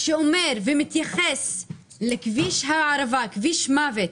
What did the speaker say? שאומר ומתייחס לכביש הערבה, כביש מוות,